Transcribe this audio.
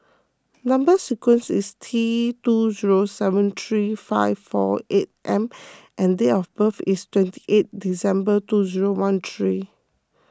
Number Sequence is T two zero seven three five four eight M and date of birth is twenty eighth December two zero one three